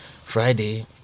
Friday